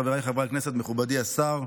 חבריי חברי הכנסת, מכובדי השר,